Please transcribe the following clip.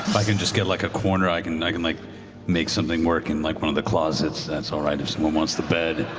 i can just get like a corner, i can i can like make something work in like one of the closets. that's all right if someone wants the bed.